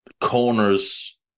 corners